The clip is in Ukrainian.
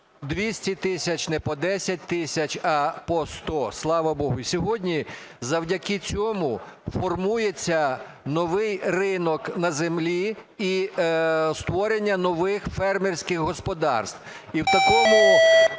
200 тисяч, не по 10 тисяч, а по 100, слава Богу. І сьогодні завдяки цьому формується новий ринок на землі і створення нових фермерських господарств. І в такому,